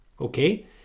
okay